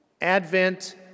Advent